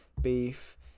beef